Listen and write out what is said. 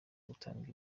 gutanga